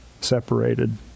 separated